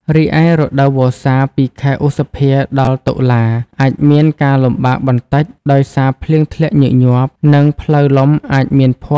រីឯ រដូវវស្សាពី ខែឧសភា ដល់ តុលា អាចមានការលំបាកបន្តិចដោយសារភ្លៀងធ្លាក់ញឹកញាប់ និងផ្លូវលំអាចមានភក់ ឬរអិល។